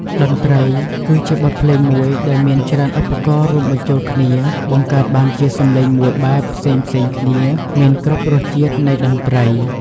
តន្រ្តីគឺជាបទភ្លេងមួយដែលមានច្រើនឧបករណ៏រួមបញ្ចូលគ្នាបង្កើតបានជាសំឡេមួយបែបផ្សេងៗគ្នាមានគ្រប់រស់ជាតិនៃតន្រ្តី។